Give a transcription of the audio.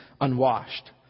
unwashed